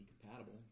compatible